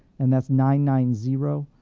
and that's nine nine zero,